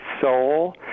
soul